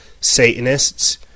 Satanists